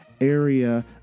area